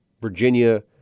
Virginia